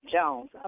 Jones